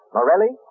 Morelli